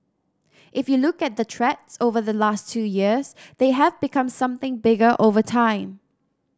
if you look at the threats over the last two years they have become something bigger over time